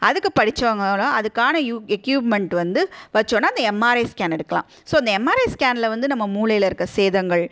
அதுக்கு படிச்சவங்களாம் அதுக்கான யூ எக்யூப்மெண்ட் வந்து வச்சோம்னா அந்த எம்ஆர்ஐ ஸ்கேன் எடுக்கலாம் ஸோ அந்த எம்ஆர்ஐ ஸ்கேன்ல வந்து நம்ம மூளையில் இருக்க சேதங்கள்